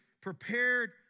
prepared